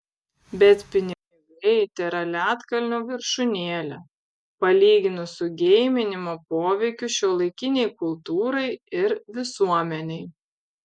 bet pinigai tėra ledkalnio viršūnėlė palyginus su geiminimo poveikiu šiuolaikinei kultūrai ir visuomenei